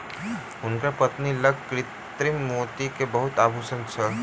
हुनकर पत्नी लग कृत्रिम मोती के बहुत आभूषण छल